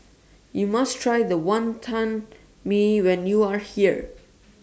YOU must Try The Wantan Mee when YOU Are here